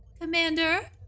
Commander